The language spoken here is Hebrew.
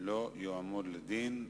לא יעמוד לדין,